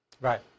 Right